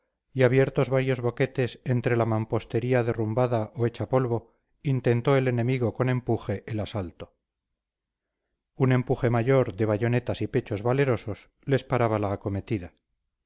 y abiertos varios boquetes entre la mampostería derrumbada o hecha polvo intentó el enemigo con empuje el asalto un empuje mayor de bayonetas y pechos valerosos les paraba la acometida